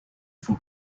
for